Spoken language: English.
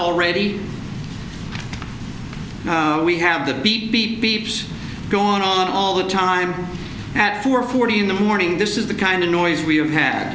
already we have the beat beat beat going on all the time at four forty in the morning this is the kind of noise we have had